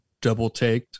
double-taked